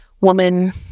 woman